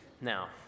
Now